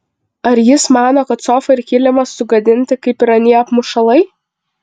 ar jis mano kad sofa ir kilimas sugadinti kaip ir anie apmušalai